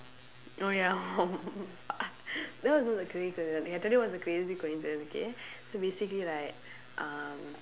oh ya that was not the crazy coincidence ya today was a crazy coincidence okay so basically right um